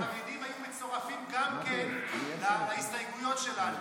והחרדים היו מצורפים גם כן להסתייגויות שלנו,